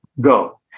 go